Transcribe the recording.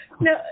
No